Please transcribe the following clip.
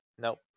nope